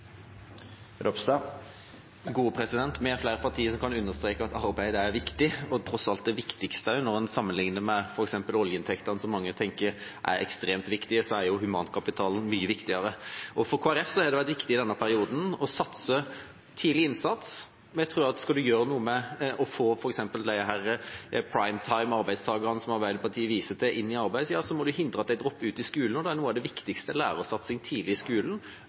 flere partier som kan understreke at arbeid er viktig – tross alt det viktigste. Når en sammenligner med f.eks. oljeinntektene, som mange tenker er ekstremt viktige, så er jo humankapitalen mye viktigere. For Kristelig Folkeparti har det i denne perioden vært viktig å satse på tidlig innsats. Jeg tror at skal man gjøre noe for å få f.eks. disse «prime time»-arbeidstakerne som Arbeiderpartiet viser til, i arbeid, må man hindre at de dropper ut av skolen. Det er noe av det viktigste – lærersatsing tidlig i skolen,